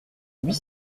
huit